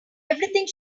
everything